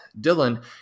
Dylan